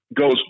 goes